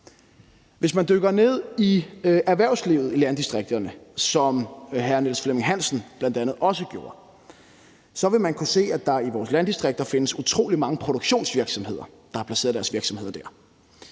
Hvis man dykker ned i erhvervslivet i landdistrikterne, som bl.a. hr. Niels Flemming Hansen gjorde, så vil man kunne se, at der i vores landdistrikter findes utrolig mange produktionsvirksomheder, men de er ikke de eneste, der